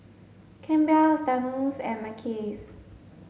Campbell's Danone and Mackays